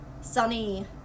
Sunny